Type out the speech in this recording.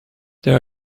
there